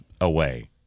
away